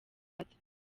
amata